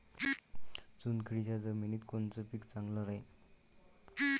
चुनखडीच्या जमिनीत कोनचं पीक चांगलं राहीन?